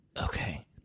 Okay